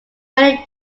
many